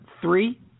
three